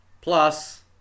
Plus